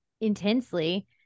intensely